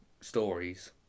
Stories